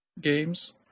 games